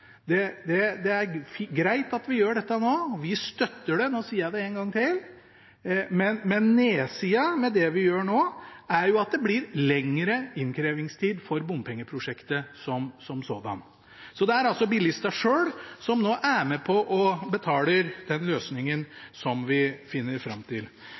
det er greit at vi gjør dette nå. Vi støtter det – nå sier jeg det en gang til – men nedsida ved det vi gjør nå, er jo at det blir lengre innkrevingstid for bompengeprosjektet som sådant. Det er altså bilistene selv som nå er med på å betale den løsningen vi finner fram til.